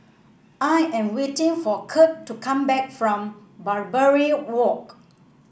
I am waiting for Kurt to come back from Barbary Walk